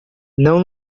não